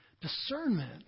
Discernment